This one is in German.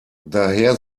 daher